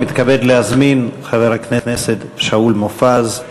אני מתכבד להזמין את חבר הכנסת שאול מופז.